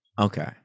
Okay